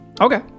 Okay